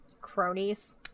cronies